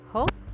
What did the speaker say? Hope